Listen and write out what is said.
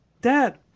Dad